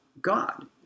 God